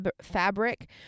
fabric